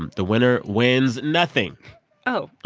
um the winner wins nothing oh